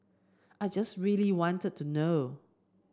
I just really wanted to know